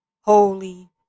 holy